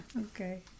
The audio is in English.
Okay